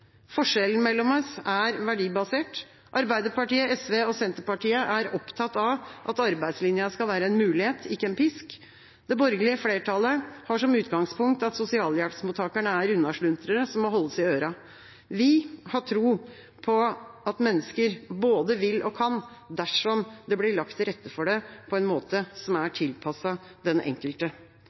Forskjellen mellom oss er verdibasert. Arbeiderpartiet, SV og Senterpartiet er opptatt av at arbeidslinja skal være en mulighet, ikke en pisk. Det borgerlige flertallet har som utgangspunkt at sosialhjelpsmottakerne er unnasluntrere som må holdes i øra. Vi har tro på at mennesker både vil og kan dersom det blir lagt til rette for det på en måte som er tilpasset den enkelte.